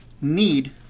need